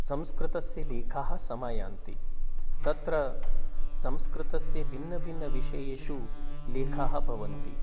संस्कृतस्य लेखाः समायान्ति तत्र संस्कृतस्य भिन्नभिन्नविषयेषु लेखाः भवन्ति